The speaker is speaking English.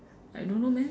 I don't know man